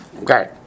Okay